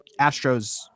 Astros